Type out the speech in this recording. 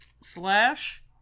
slash